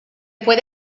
puede